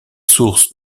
sources